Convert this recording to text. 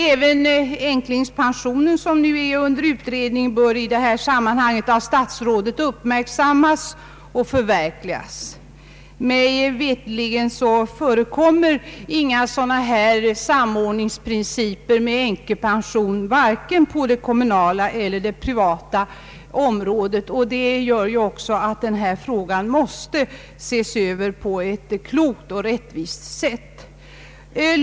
Även änklingspensionen, som nu är under utredning, bör i detta sammanhang av statsrådet uppmärksammas och förverkligas. Mig veterligt förekommer inga sådana här samordningsprinciper när det gäller änkepensionen på vare sig det kommunala eller det privata området, och även det gör att denna fråga måste ses över på ett förståndigt sätt, då ju samordningsprinciper också mellan statliga och andra pensioner i framtiden måste vara av godo.